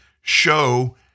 show